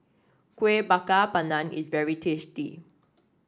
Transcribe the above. Kueh Bakar Pandan is very tasty